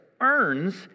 earns